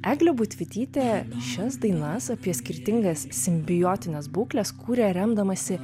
eglė budvytytė šias dainas apie skirtingas simbiotines būkles kūrė remdamasi